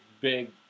big